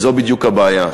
וזו בדיוק הבעיה,